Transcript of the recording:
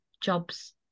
jobs